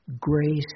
grace